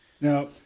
Now